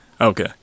okay